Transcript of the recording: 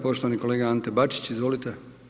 Poštovani kolega Ante Bačić, izvolite.